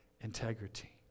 integrity